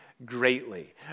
greatly